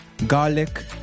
Garlic